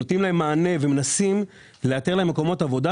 נותנים להם מענה ומנסים לאתר להם מקומות עבודה,